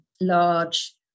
large